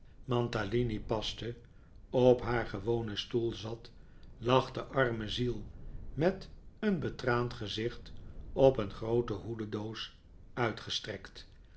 mantalini paste op haar gewonen stoel zat lag de arme zie'l met een betraand gezicht op een groote hoededoos uitgestrekt